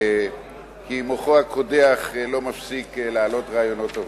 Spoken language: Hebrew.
כי מוחו הקודח לא מפסיק להעלות רעיונות טובים.